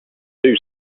too